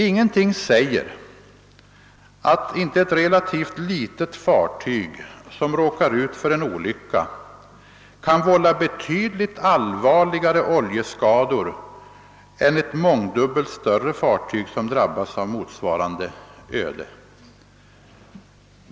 Ingenting säger att inte ett relativt litet fartyg som råkar ut för en olycka kan vålla betydligt allvarligare oljeskador än ett mångdubbelt större fartyg som drabbas av motsvarande öde.